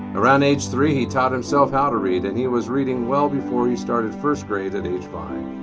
around age three he taught himself how to read and he was reading well before he started first grade at age five.